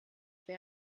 wer